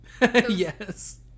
Yes